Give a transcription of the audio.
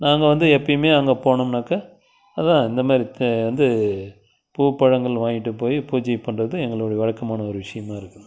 நாங்கள் வந்து எப்போயுமே அங்கே போனமுன்னாக்கா அதுதான் இந்தமாரி த வந்து பூ பழங்கள் வாங்கிட்டு போய் பூஜை பண்ணுறது எங்களுடைய வழக்கமான ஒரு விஷயமா இருக்குது